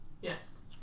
yes